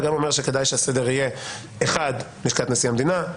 וגם אומר שכדאי שהסדר יהיה כך: 1. לשכת נשיא המדינה.